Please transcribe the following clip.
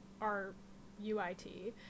R-U-I-T